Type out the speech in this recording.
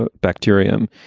ah bacterium.